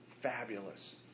fabulous